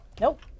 Nope